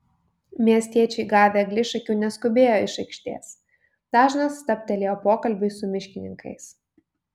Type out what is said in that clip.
miestiečiai gavę eglišakių neskubėjo iš aikštės dažnas stabtelėjo pokalbiui su miškininkais